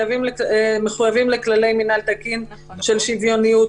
מחויבים לכללי מנהל תקין של שוויוניות,